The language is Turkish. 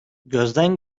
gözden